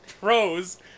pros